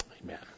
Amen